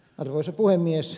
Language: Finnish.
arvoisa puhemies